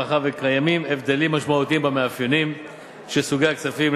מאחר שקיימים הבדלים משמעותיים במאפיינים של סוגי הכספים.